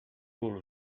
rule